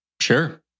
Sure